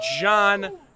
John